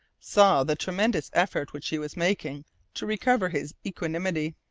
saw the tremendous effort which he was making to recover his equanimity.